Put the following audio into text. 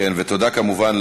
כמובן,